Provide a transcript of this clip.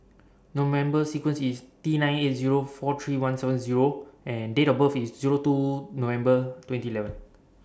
No member sequence IS T nine eight Zero four three one seven Zero and Date of birth IS Zero two November twenty eleven